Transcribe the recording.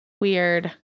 Weird